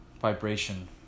vibration